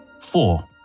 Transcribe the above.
Four